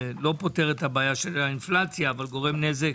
ולא פותר את הבעיה של האינפלציה, אבל גורם נזק